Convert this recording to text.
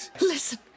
Listen